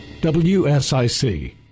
WSIC